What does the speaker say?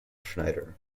schneider